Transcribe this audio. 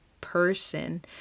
person